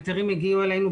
ההיתרים הגיעו אלינו,